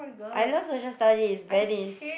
I love Social Studies Venice